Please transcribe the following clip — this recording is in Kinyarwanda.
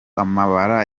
amabara